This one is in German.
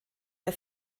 der